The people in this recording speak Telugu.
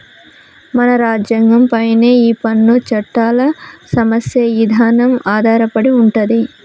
మన రాజ్యంగం పైనే ఈ పన్ను చట్టాల సమస్య ఇదానం ఆధారపడి ఉంటది